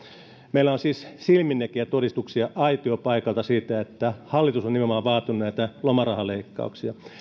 meillä on siis silminnäkijätodistuksia aitiopaikalta siitä että hallitus on nimenomaan vaatinut näitä lomarahaleikkauksia